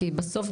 כי בסוף,